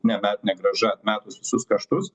neva negrąža atmetus visus kaštus